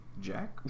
Jack